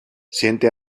siente